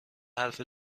حرف